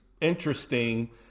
interesting